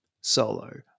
solo